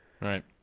Right